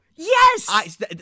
Yes